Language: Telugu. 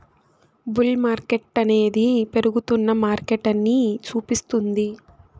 బుల్ మార్కెట్టనేది పెరుగుతున్న మార్కెటని సూపిస్తుంది